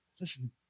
Listen